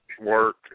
work